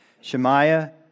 Shemaiah